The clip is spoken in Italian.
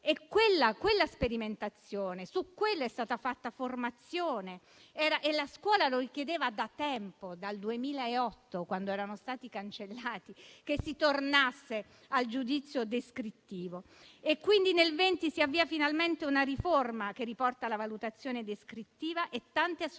Su quella sperimentazione è stata fatta formazione; la scuola richiedeva da tempo, dal 2008 (quando erano stati cancellati), che si tornasse al giudizio descrittivo. Nel 2020 si avvia quindi finalmente una riforma che riporta la valutazione descrittiva; tante associazioni